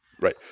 Right